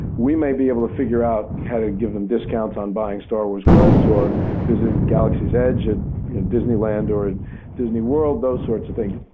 we may be able to figure out how to give them discounts on buying star wars goods or visit galaxy's edge at disneyland or and disney world those sorts of things,